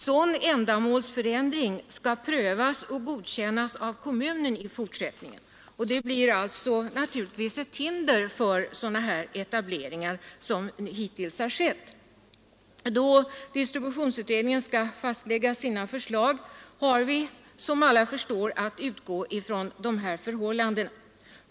Sådan ändamålsförändring skall i fortsättningen prövas och godkännas av kommunen. Det blir naturligtvis ett hinder för sådana etableringar som hittills har skett. Då distributionsutredningen skall fastlägga sina förslag har vi, som alla förstår, att utgå från dessa förhållanden.